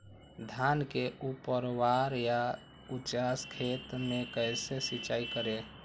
धान के ऊपरवार या उचास खेत मे कैसे सिंचाई करें?